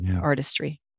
artistry